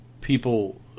people